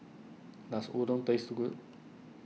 does Udon taste good